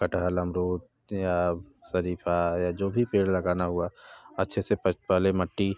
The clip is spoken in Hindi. कटहल अमरूद या शरीफ़ा या जो भी पेड़ लगाना हुआ अच्छे से पहले मट्टी